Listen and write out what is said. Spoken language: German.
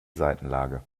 seitenlage